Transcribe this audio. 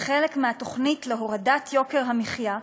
מהתוכנית להורדת יוקר המחיה,